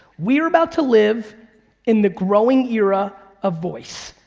we're about to live in the growing era of voice.